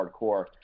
hardcore